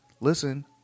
listen